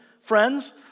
friends